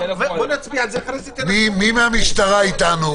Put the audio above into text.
מי מהמשטרה אתנו?